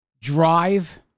drive